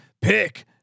pick